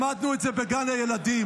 למדנו את זה בגן הילדים,